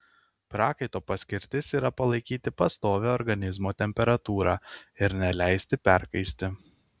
prakaito paskirtis yra palaikyti pastovią organizmo temperatūrą ir neleisti perkaisti